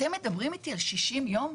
אתם מדברים איתי על 60 יום?